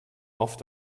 oft